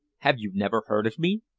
have you never heard of me?